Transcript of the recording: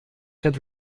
had